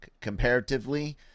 comparatively